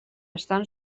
estan